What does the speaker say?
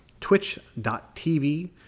twitch.tv